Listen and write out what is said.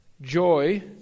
joy